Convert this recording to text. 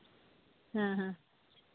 ᱦᱮᱸ ᱦᱮᱸ